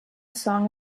song